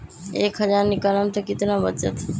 एक हज़ार निकालम त कितना वचत?